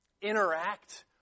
interact